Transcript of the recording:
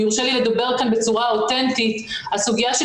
אם יורשה לי לדבר כאן בצורה אותנטית הסוגיה של